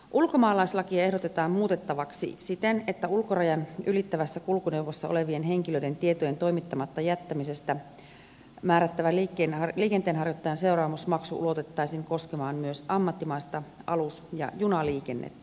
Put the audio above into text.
ulkomaalaislakia ehdotetaan muutettavaksi siten että ulkorajan ylittävässä kulkuneuvossa olevien henkilöiden tietojen toimittamatta jättämisestä määrättävä liikenteenharjoittajan seuraamusmaksu ulotettaisiin koskemaan myös ammattimaista alus ja junaliikennettä